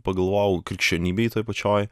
pagalvojau krikščionybėj toj pačioj